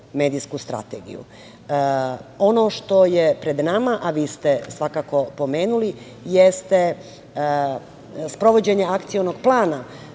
medijsku strategiju. Ono što je pred nama, a vi ste svakako pomenuli, jeste sprovođenje Akcionog plana